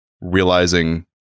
realizing